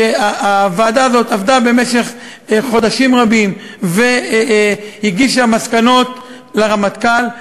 שהוועדה הזאת עבדה במשך חודשים רבים והגישה מסקנות לרמטכ"ל,